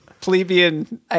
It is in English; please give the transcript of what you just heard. plebeian